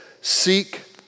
seek